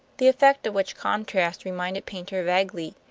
the effect of which contrast reminded paynter vaguely,